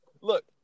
Look